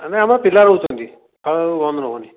ଆମେ ଆମର ପିଲା ରହୁଛନ୍ତି ଆଉ ବନ୍ଦ ରହୁନି